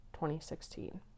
2016